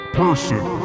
person